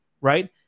right